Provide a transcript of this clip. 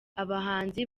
abahanzi